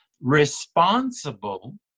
responsible